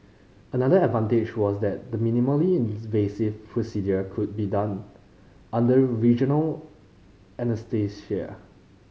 another advantage was that the minimally invasive procedure could be done under regional anaesthesia